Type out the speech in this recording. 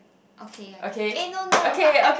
okay I eh no no but I